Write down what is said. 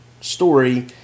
story